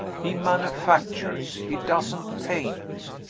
he manufactures he doesn't paint.